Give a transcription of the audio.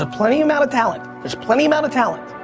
ah plenty amount of talent. there's plenty amount of talent.